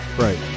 Right